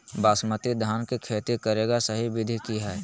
बासमती धान के खेती करेगा सही विधि की हय?